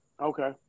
Okay